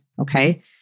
okay